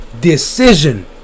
Decision